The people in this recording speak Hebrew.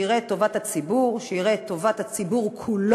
יראה את טובת הציבור, יראה את טובת הציבור כולו,